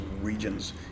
regions